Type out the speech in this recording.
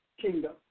kingdom